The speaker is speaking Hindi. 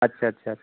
अच्छा अच्छा अच्छा